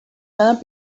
gonna